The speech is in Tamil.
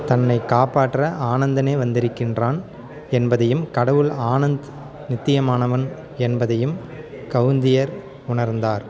தன்னைக் காப்பாற்ற ஆனந்தனே வந்திருக்கின்றான் என்பதையும் கடவுள் ஆனந்த் நித்தியமானவன் என்பதையும் கௌந்தியர் உணர்ந்தார்